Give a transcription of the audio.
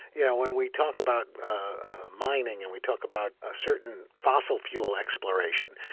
you know, when we talk about mining and we talk about ah certain fossil fuel exploration,